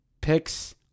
picks